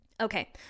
Okay